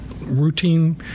routine